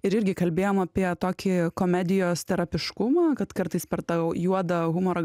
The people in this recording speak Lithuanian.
ir irgi kalbėjom apie tokį komedijos terapiškumą kad kartais per tą jau juodą humorą